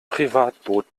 privatboot